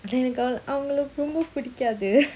எனக்குஅவங்களரொம்பபிடிக்காது:enaku avangala romba pidikathu